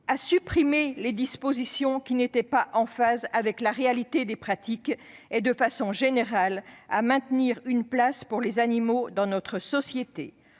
à supprimer les dispositions qui n'étaient pas en phase avec la réalité des pratiques et, de façon générale, à maintenir une place pour les animaux dans notre société.